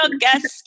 guest